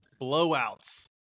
Blowouts